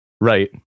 Right